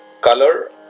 color